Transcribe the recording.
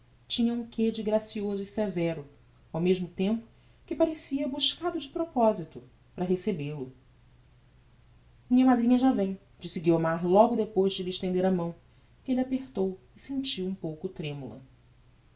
tinha um quê de gracioso e severo ao mesmo tempo que parecia buscado de proposito para recebe-lo minha madrinha já vem disse guiomar logo depois de lhe estender a mão que elle apertou e sentiu um pouco tremula